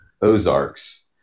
Ozarks